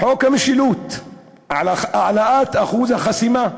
חוק המשילות, העלאת אחוז החסימה,